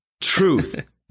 Truth